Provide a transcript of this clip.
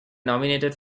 nominated